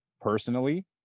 personally